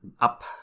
up